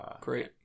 Great